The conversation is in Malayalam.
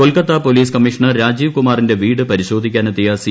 കൊൽക്കത്ത പൊലീസ് കമ്മീഷണ്ടർ രാജീവ് കുമാറിന്റെ വീട് പരിശോധിക്കാൻ എത്തിയ സി